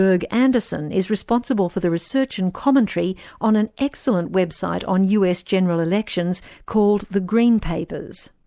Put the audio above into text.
berg-andersson is responsible for the research and commentary on an excellent website on us general elections called the green papers.